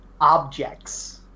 objects